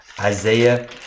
Isaiah